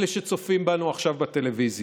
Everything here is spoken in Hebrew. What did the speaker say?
אלה שצופים בנו עכשיו בטלוויזיה.